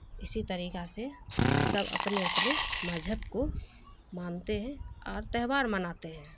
اسی طریقہ سے سب اپنے اپنے مذہب کو مانتے ہیں اور تہوار مناتے ہیں